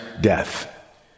death